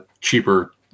Cheaper